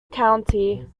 county